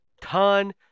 ton